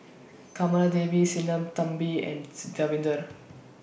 Kamaladevi Sinnathamby and Davinder